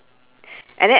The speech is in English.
sign is on the door